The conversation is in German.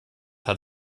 hat